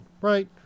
right